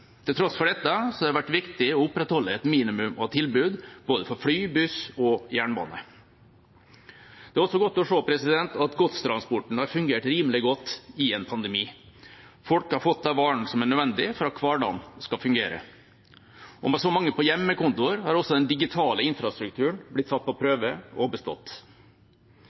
Til tross for dette har det vært viktig å opprettholde et minimum av tilbud på både fly, buss og jernbane. Det er også godt å se at godstransporten har fungert rimelig godt i en pandemi. Folk har fått de varene som er nødvendige for at hverdagen skal fungere. Med så mange på hjemmekontor har også den digitale infrastrukturen blitt satt på prøve og har bestått.